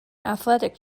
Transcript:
athletic